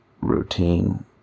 routine